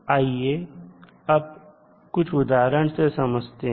आइए अब कुछ उदाहरण से इसे समझते हैं